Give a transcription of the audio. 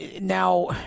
Now